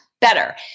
better